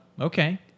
okay